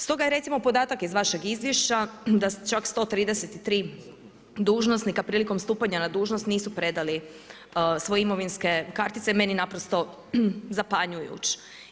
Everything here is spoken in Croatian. Stoga je recimo podatak iz vašeg izvješća da čak 133 dužnosnika prilikom stupanja na dužnost nisu predali svoje imovinske kartice, meni naprosto zapanjujuć.